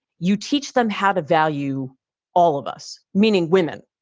you teach them how to value all of us, meaning women.